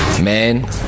Man